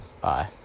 bye